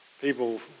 People